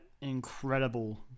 incredible